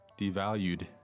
devalued